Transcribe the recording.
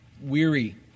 weary